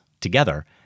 together